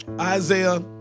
Isaiah